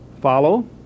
follow